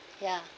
ya